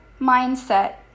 mindset